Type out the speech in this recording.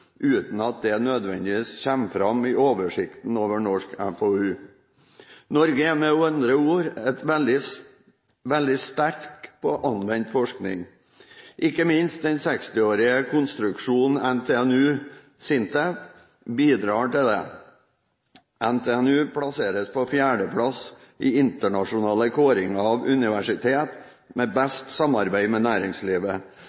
uten at dette nødvendigvis kommer fram i oversikten over norsk FoU. Norge er med andre ord veldig sterk på anvendt forskning. Ikke minst den 60-årige konstruksjonen NTNU-SINTEF bidrar til dette. NTNU plasseres på fjerdeplass i internasjonale kåringer av universitet med